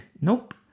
Nope